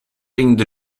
ringde